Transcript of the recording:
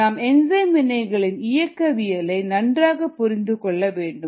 நாம் என்சைம் வினைகளின் இயக்கவியலை நன்றாக புரிந்து கொள்ள வேண்டும்